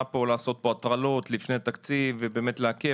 לעשות הטרלות לפני תקציב ובאמת לעכב.